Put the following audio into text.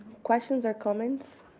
questions or comments?